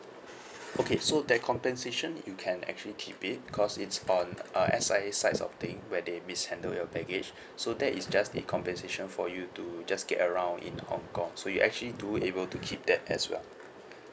okay so that compensation you can actually keep it because it's on uh S_I_A side of thing where they mishandled your baggage so that is just the compensation for you to just get around in hong kong so you actually do able to keep that as well